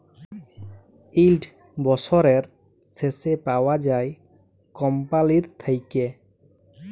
yield বসরের শেষে পাউয়া যায় কম্পালির থ্যাইকে